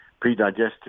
pre-digested